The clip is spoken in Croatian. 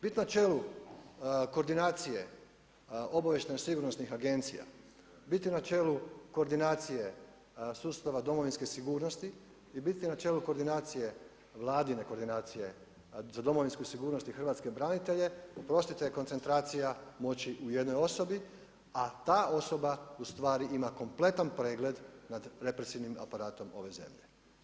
Biti na čelu koordinacije obavještajno sigurnosnih agencija, biti na čelu koordinacije sustava domovinske sigurnosti i biti na čelu koordinacije Vladine koordinacije za Domovinsku sigurnost i hrvatske branitelje, oprostite, koncentracija moći u jednoj osobi a ta osoba ustvari ima kompletan pregled nad represivnim aparatom ove zemlje.